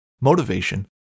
motivation